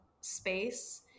space